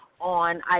on